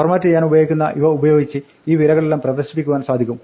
format ചെയ്യാനുപയോഗിക്കുന്ന ഇവയുപയോഗിച്ച് ഈ വിലകളെല്ലാം പ്രദർശിപ്പിക്കാൻ സാധിക്കും